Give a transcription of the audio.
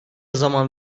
zaman